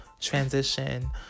transition